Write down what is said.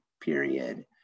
period